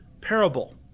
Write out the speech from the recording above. parable